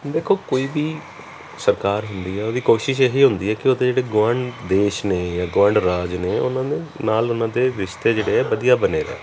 ਦੇਖੋ ਕੋਈ ਵੀ ਸਰਕਾਰ ਹੁੰਦੀ ਹੈ ਉਹਦੀ ਕੋਸ਼ਿਸ਼ ਇਹ ਹੀ ਹੁੰਦੀ ਹੈ ਕਿ ਉਹ ਅਤੇ ਜਿਹੜੇ ਗੁਆਂਡ ਦੇਸ਼ ਨੇ ਜਾਂ ਗੁਆਂਡ ਰਾਜ ਨੇ ਉਹਨਾਂ ਨੇ ਨਾਲ ਉਹਨਾਂ ਦੇ ਰਿਸ਼ਤੇ ਜਿਹੜੇ ਆ ਵਧੀਆ ਬਣੇ ਰਹਿਣ